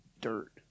dirt